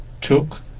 took